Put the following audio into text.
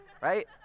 Right